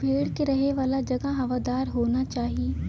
भेड़ के रहे वाला जगह हवादार होना चाही